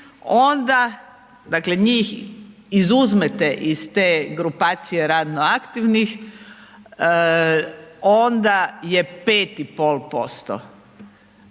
onda njih izuzmete iz te grupacije radno aktivnih, onda je 5,5% osoba